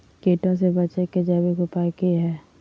कीटों से बचे के जैविक उपाय की हैय?